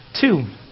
Two